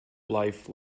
life